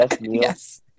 yes